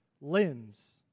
lens